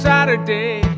Saturday